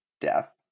death